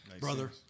Brother